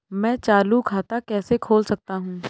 मैं चालू खाता कैसे खोल सकता हूँ?